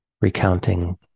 recounting